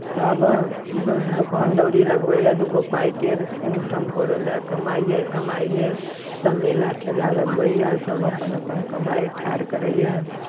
सभ दोकानदौरी लगबैए दूगो पाइके इनकम करय लेल कमाइए कमाइ लेल सभ मेला ठेला लगबैए सभ अपन अपन कमाइ ठाढ़ करैए